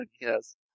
yes